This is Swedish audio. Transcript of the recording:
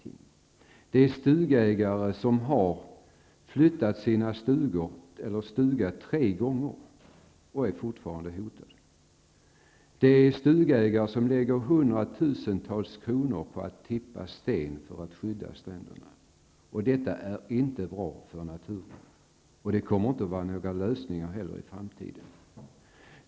Det finns stugägare som har flyttat sina stugor tre gånger. Men fortfarande är stugorna hotade. Det finns stugägare som lägger ner hundratusentals kronor på att tippa sten för att skydda stränderna, något som inte är bra för naturen. Det kommer inte heller i framtiden att vara en lösning.